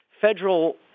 Federal